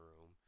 room